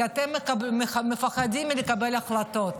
כי אתם פוחדים לקבל החלטות.